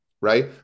right